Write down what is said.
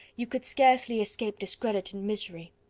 you could scarcely escape discredit and misery.